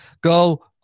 go